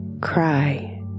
cry